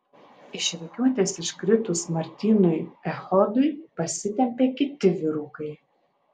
iš rikiuotės iškritus martynui echodui pasitempė kiti vyrukai